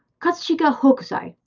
katsushika hokusai,